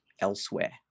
elsewhere